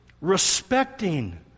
respecting